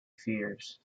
fears